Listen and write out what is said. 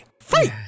free